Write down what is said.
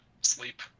sleep